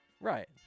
right